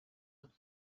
and